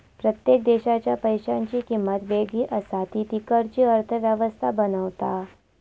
प्रत्येक देशाच्या पैशांची किंमत वेगळी असा ती तिकडची अर्थ व्यवस्था बनवता